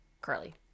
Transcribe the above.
Carly